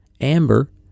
Amber